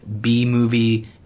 B-movie